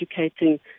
educating